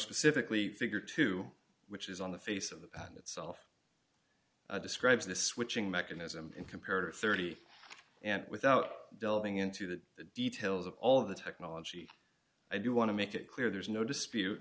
specifically figure two which is on the face of the itself describes this switching mechanism in comparative thirty and without delving into the details of all of the technology i do want to make it clear there is no dispute